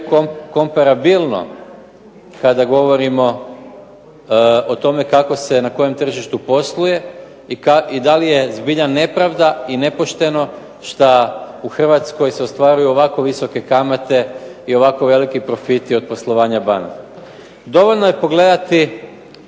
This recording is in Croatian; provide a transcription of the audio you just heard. komparabilno kada govorimo o tome kako se na kojem tržištu posluje i da li je zbilja nepravda i nepošteno šta u Hrvatskoj se ostvaruju ovako visoke kamate i ovako veliki profiti od poslovanja banaka. Dovoljno je pogledati,